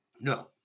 No